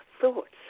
thoughts